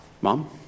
Mom